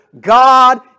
God